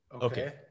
Okay